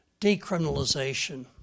decriminalization